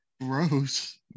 gross